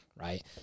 right